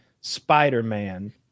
spider-man